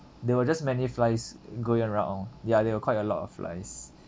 there were just many flies going around ya there were quite a lot of flies